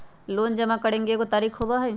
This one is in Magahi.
लोन जमा करेंगे एगो तारीक होबहई?